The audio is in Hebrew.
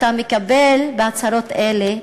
אתה מקבל בהצהרות אלה,